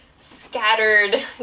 scattered